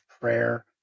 prayer